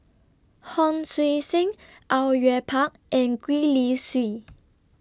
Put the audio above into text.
Hon Sui Sen Au Yue Pak and Gwee Li Sui